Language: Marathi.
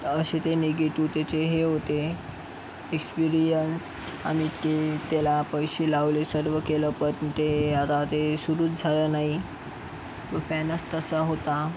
असे ते निगेटिव्ह त्याचे हे होते एक्सपीरियन्स आणि ते त्याला पैसे लावले सर्व केलं पण ते आता ते सुरूच झालं नाही तो फॅनच तसा होता